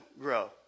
grow